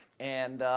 and,